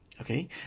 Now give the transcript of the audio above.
okay